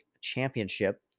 Championship